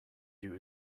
you